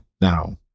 Now